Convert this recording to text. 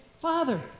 Father